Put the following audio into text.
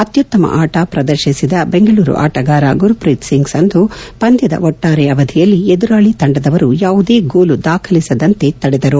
ಅತ್ಯುತ್ತಮ ಆಟ ಪ್ರದರ್ಶಿಸಿದ ಬೆಂಗಳೂರು ಆಟಗಾರ ಗುರುಪ್ರೀತ್ ಸಿಂಗ್ ಸಂಧು ಪಂದ್ಯದ ಒಟ್ಲಾರೆ ಅವಧಿಯಲ್ಲಿ ಎದುರಾಳಿ ತಂಡದವರು ಯಾವುದೇ ಗೋಲು ದಾಖಲಿಸದಂತೆ ತಡೆದರು